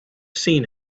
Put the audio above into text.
seen